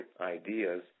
ideas